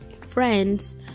friends